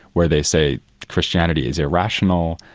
where they say christianity is irrational,